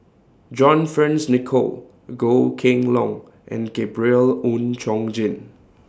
John Fearns Nicoll Goh Kheng Long and Gabriel Oon Chong Jin